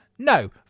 No